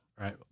Right